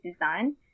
design